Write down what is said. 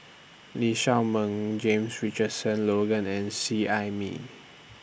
Lee Shao Meng James Richardson Logan and Seet Ai Mee